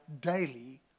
daily